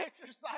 exercise